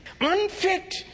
unfit